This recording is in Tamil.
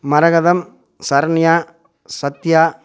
மரகதம் சரண்யா சத்யா